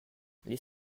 les